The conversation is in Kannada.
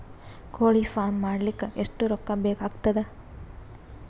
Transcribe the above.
ಕೋಳಿ ಫಾರ್ಮ್ ಮಾಡಲಿಕ್ಕ ಎಷ್ಟು ರೊಕ್ಕಾ ಬೇಕಾಗತದ?